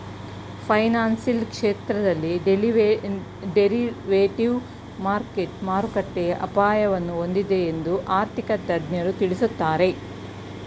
financial ಕ್ಷೇತ್ರದಲ್ಲಿ derivative market ಮಾರುಕಟ್ಟೆಯ ಅಪಾಯವನ್ನು ಹೊಂದಿದೆ ಎಂದು ಆರ್ಥಿಕ ತಜ್ಞರು ತಿಳಿಸುತ್ತಾರೆ